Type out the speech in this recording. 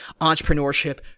entrepreneurship